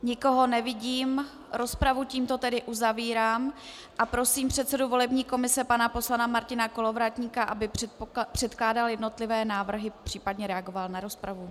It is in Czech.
Nikoho nevidím, rozpravu tedy tímto uzavírám a prosím předsedu volební komise pana poslance Martina Kolovratníka, aby předkládal jednotlivé návrhy, případně reagoval na rozpravu.